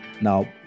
Now